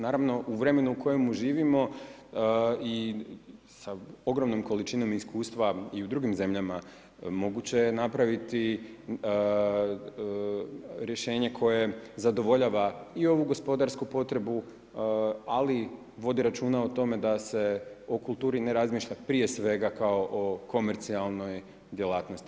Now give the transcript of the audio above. Naravno u vremenu u kojemu živimo i sa ogromnom količinom iskustva i u drugim zemljama moguće je napraviti rješenje koje zadovoljava i ovu gospodarsku potrebu ali vodi računa o tome da se o kulturi ne razmišlja prije svega kao o komercijalnoj djelatnosti.